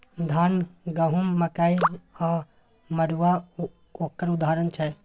धान, गहुँम, मकइ आ मरुआ ओनक उदाहरण छै